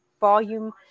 volume